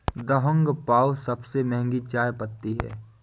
Da Hong पाओ सबसे महंगी चाय पत्ती है